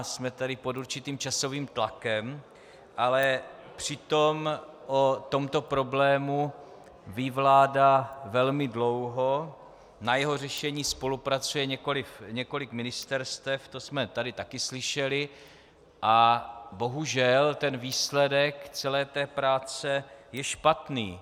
Jsme tedy pod určitým časovým tlakem, ale přitom o tomto problému ví vláda velmi dlouho, na jeho řešení spolupracuje několik ministerstev, to jsme tady také slyšeli, a bohužel výsledek celé práce je špatný.